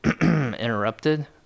interrupted